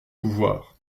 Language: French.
pouvoir